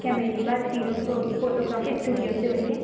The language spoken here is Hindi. क्या मेरी बात टीना फ़ोटोग्राफी इस्टूडियो से हो रही है